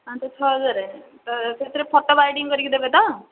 ପାଞ୍ଚ ଛଅ ହଜାର ତ ସେଥିରେ ଫଟୋ ବାଇଡ଼ିଂ କରିକି ଦେବେ ତ